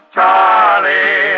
Charlie